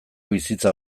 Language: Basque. bizitza